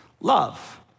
Love